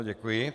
Děkuji.